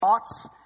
Thoughts